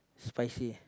spicy